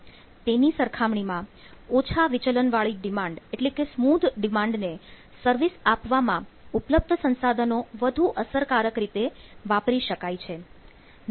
તેની સરખામણીમાં ઓછા વિચલન વાળી ડિમાન્ડ એટલે કે સ્મૂધ ડિમાન્ડ ને સર્વિસ આપવામાં ઉપલબ્ધ સંસાધનો વધુ અસરકારક રીતે વાપરી શકાય છે